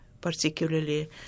particularly